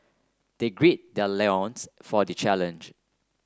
they gird their loins for the challenge